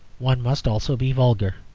one must also be vulgar,